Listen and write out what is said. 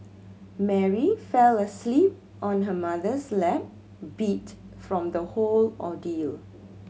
Mary fell asleep on her mother's lap beat from the whole ordeal